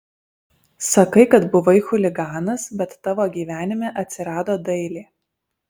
sakai kad buvai chuliganas bet tavo gyvenime atsirado dailė